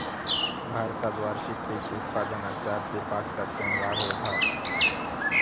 भारतात वार्षिक पीक उत्पादनात चार ते पाच टक्क्यांन वाढ होता हा